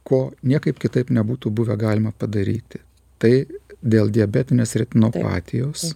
ko niekaip kitaip nebūtų buvę galima padaryti tai dėl diabetinės retinopatijos